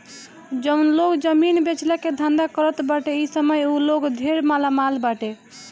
जउन लोग जमीन बेचला के धंधा करत बाटे इ समय उ लोग ढेर मालामाल बाटे